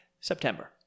September